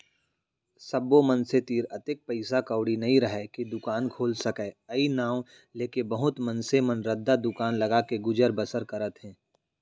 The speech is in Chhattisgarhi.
सब्बो मनसे तीर अतेक पइसा कउड़ी नइ राहय के दुकान खोल सकय अई नांव लेके बहुत मनसे मन रद्दा दुकान लगाके गुजर बसर करत हें